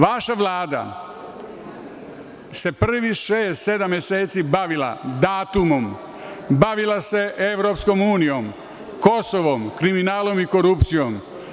Vaša Vlada se prvih 6-7 meseci bavila datumom, bavila se EU, Kosovom, kriminalom i korupcijom.